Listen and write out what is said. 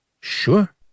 Sure